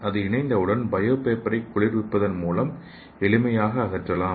அது இணைந்தவுடன் பயோ பேப்பரை குளிர்விப்பதன் மூலம் எளிமையாக அகற்றலாம்